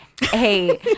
Hey